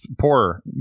poorer